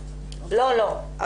לא לא.